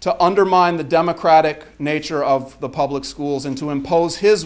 to undermine the democratic nature of the public schools and to impose his